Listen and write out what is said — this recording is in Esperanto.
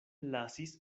lasis